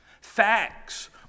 facts